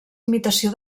imitació